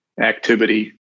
activity